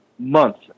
Months